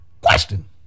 Question